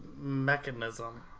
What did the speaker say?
mechanism